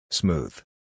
Smooth